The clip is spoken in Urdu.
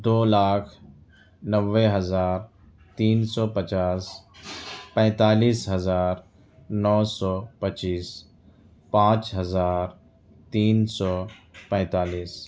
دو لاکھ نوے ہزار تین سو پچاس پینتالیس ہزار نو سو پچیس پانچ ہزار تین سو پینتالیس